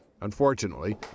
unfortunately